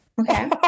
okay